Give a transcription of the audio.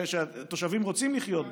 שהתושבים רוצים לחיות בה.